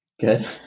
Good